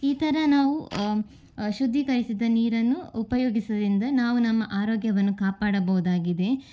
ಈ ಥರ ನಾವು ಶುದ್ಧೀಕರಿಸಿದ ನೀರನ್ನು ಉಪಯೋಗಿಸುವುದರಿಂದ ನಾವು ನಮ್ಮ ಆರೋಗ್ಯವನ್ನು ಕಾಪಾಡಬಹುದಾಗಿದೆ